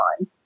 on